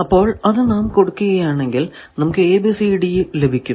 അപ്പോൾ അത് നാം കൊടുക്കുകയാണെങ്കിൽ നമുക്ക് ABCD ലഭിക്കും